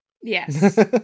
Yes